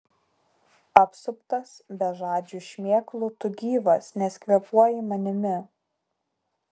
apsuptas bežadžių šmėklų tu gyvas nes kvėpuoji manimi